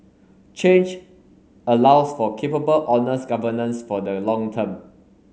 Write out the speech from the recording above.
change allows for capable honest governance for the long term